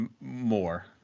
more